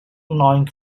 nine